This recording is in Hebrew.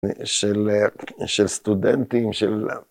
‫של סטודנטים, של...